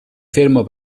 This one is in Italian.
fermo